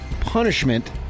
punishment